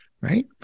right